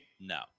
No